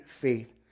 faith